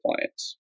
clients